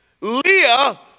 Leah